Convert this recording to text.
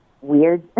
weird